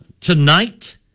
tonight